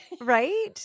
Right